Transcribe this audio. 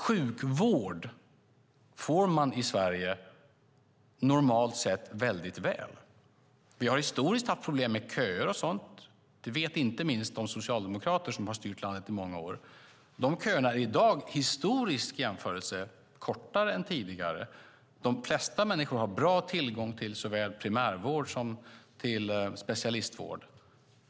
Sjukvård får man i Sverige normalt sett väldigt väl. Vi har historiskt haft problem med köer och sådant. Det vet inte minst de socialdemokrater som styrt landet i många år. De köerna är i dag i en historisk jämförelse kortare än tidigare. De flesta människor har bra tillgång till såväl primärvård som specialistvård.